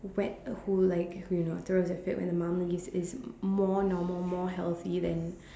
wet who like you know throw the fit when the mum leaves is more normal more healthy than